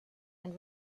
and